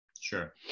Sure